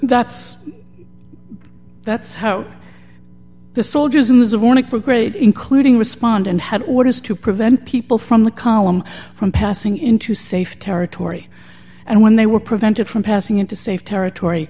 that's that's how the soldiers in was of want to progress including respond and had orders to prevent people from the column from passing into safe territory and when they were prevented from passing into safe territory